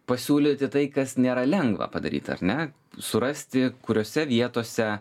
pasiūlyti tai kas nėra lengva padaryt ar ne surasti kuriose vietose